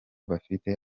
bafite